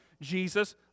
Jesus